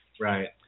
Right